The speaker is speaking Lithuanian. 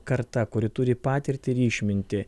karta kuri turi patirtį ir išmintį